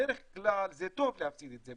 בדרך כלל זה טוב להפסיד את זה,